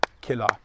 killer